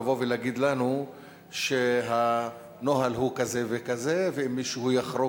לבוא ולהגיד לנו שהנוהל הוא כזה וכזה ואם מישהו יחרוג,